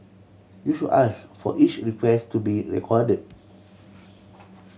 you should ask for each request to be recorded